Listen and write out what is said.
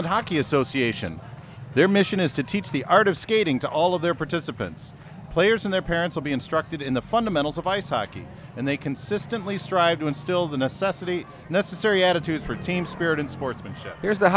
holland hockey association their mission is to teach the art of skating to all of their participants players and their parents will be instructed in the fundamentals of ice hockey and they consistently strive to instill the necessity necessary attitude for team spirit and sportsmanship